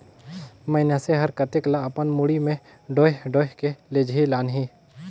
मइनसे हर कतेक ल अपन मुड़ी में डोएह डोएह के लेजही लानही